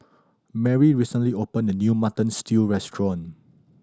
Marry recently opened a new Mutton Stew restaurant